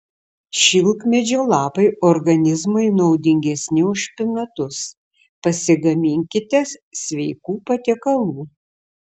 šilkmedžio lapai organizmui naudingesni už špinatus pasigaminkite sveikų patiekalų